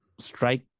strike